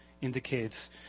Indicates